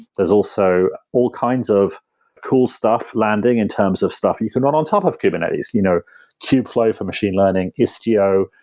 there's also all kinds of cool stuff landing in terms of stuff you can run on top of kubernetes. you know kube flow for machine learning, istio,